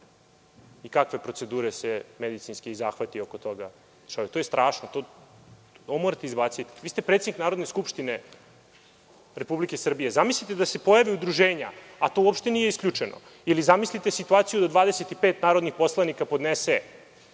i kakve medicinske zahvate to zahteva. To je strašno. Ovo morate izbaciti. Vi ste predsednik Narodne skupštine Republike Srbije. Zamislite da se pojave udruženja, a to uopšte nije isključeno, ili zamislite situaciju da 25 narodnih poslanika podnese